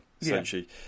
essentially